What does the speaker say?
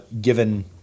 given